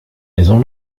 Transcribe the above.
maison